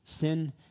Sin